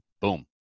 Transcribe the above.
boom